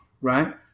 right